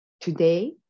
Today